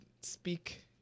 speak